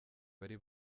bari